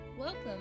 Welcome